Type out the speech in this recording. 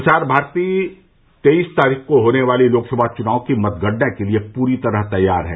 प्रसार भारती तेईस तारीख को होने वाली लोकसभा चुनाव की मतगणना के लिए पूरी तरह तैयार है